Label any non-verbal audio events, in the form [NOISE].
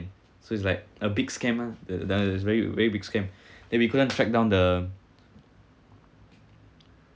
so it's like a big scam ah tha~ that one is very very big scam [BREATH] then we couldn't tracked down the